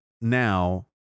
now